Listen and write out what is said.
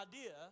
idea